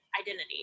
identity